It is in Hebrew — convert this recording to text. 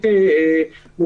שבהם הכנסת יכלה לדון.